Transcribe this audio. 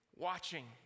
watching